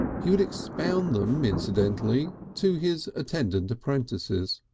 he would expound them incidentally to his attendant apprentices.